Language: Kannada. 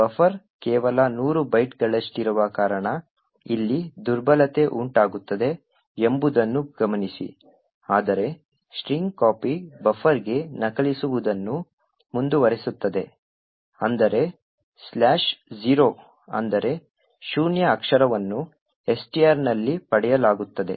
ಬಫರ್ ಕೇವಲ 100 ಬೈಟ್ಗಳಷ್ಟಿರುವ ಕಾರಣ ಇಲ್ಲಿ ದುರ್ಬಲತೆ ಉಂಟಾಗುತ್ತದೆ ಎಂಬುದನ್ನು ಗಮನಿಸಿ ಆದರೆ strcpy ಬಫರ್ಗೆ ನಕಲಿಸುವುದನ್ನು ಮುಂದುವರಿಸುತ್ತದೆ ಅಂದರೆ 0 ಅಂದರೆ ಶೂನ್ಯ ಅಕ್ಷರವನ್ನು STR ನಲ್ಲಿ ಪಡೆಯಲಾಗುತ್ತದೆ